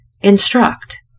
instruct